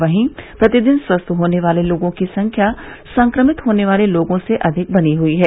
वहीं प्रतिदिन स्वस्थ होने वाले लोगों की संख्या संक्रमित होने वाले लोगों से अधिक बनी हुयी है